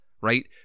right